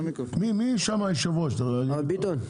מי היושב-ראש של הוועדה הזאת?